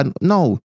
No